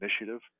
initiative